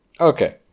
Okay